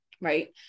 right